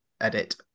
Edit